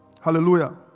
Hallelujah